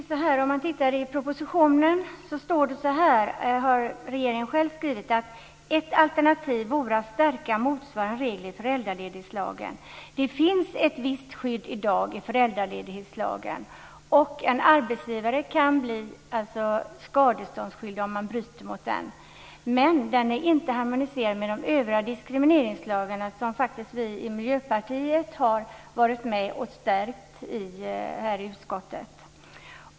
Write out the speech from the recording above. Fru talman! Om man tittar i propositionen står det så här, och det har regeringen själv skrivit: Ett alternativ vore att stärka motsvarande regler i föräldraledighetslagen. Det finns i dag ett viss skydd i föräldraledighetslagen. En arbetsgivare kan bli skadeståndsskyldig om man bryter mot lagen. Men lagen är inte harmoniserad med de övriga diskrimineringslagarna, som vi i Miljöpartiet faktiskt har varit med och stärkt här i utskottet.